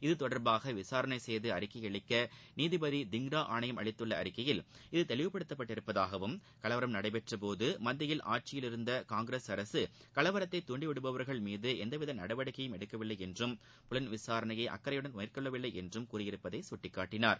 இத்தொடர்பாக விசாரணை செய்து அறிக்கை அளிக்க நீதிபதி திய்ரா ஆணையம் அளித்துள்ள அறிக்கையில் இது தெளிவுப்படுத்தப்பட்டுள்ளதாகவும் கலவரம் நடந்தபோது மத்தியில் ஆட்சியில் இருந்த காங்கிரஸ் அரசு கலவரத்தை தூண்டிவிடுபவர்கள் மீது எவ்வித நடவடிக்கையும் எடுக்கவில்லை என்றும் புலன் விசாரணையை அக்கறையுடன் மேற்கொள்ளவில்லை என்றும் கூறியிருப்பதை சுட்டிகாட்டினார்